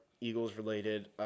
Eagles-related